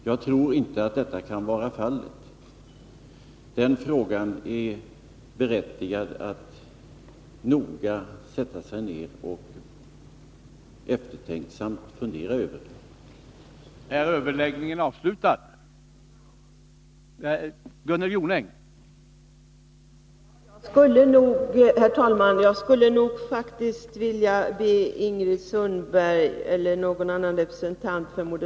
Jag tror inte att så kan vara fallet. Det är berättigat att man sätter sig ned och noga och eftertänksamt funderar över den frågan.